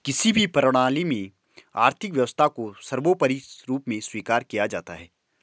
किसी भी प्रणाली में आर्थिक व्यवस्था को सर्वोपरी रूप में स्वीकार किया जाता है